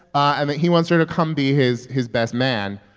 and that he wants her to come be his his best man.